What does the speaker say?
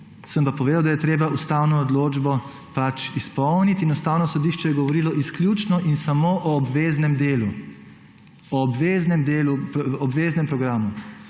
Sem pa povedal, da je treba ustavno odločbo izpolniti. Ustavno sodišče je govorilo izključno in samo o obveznem delu, o obveznem programu,